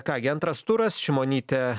ką gi antras turas šimonytė